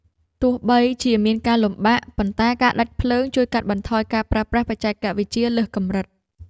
ទោះបីជាមានការលំបាក ប៉ុន្តែការដាច់ភ្លើងជួយកាត់បន្ថយការប្រើប្រាស់បច្ចេកវិទ្យាលើសកម្រិត។